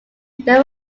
there